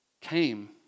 Came